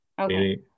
Okay